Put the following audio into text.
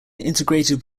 integrated